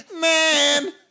man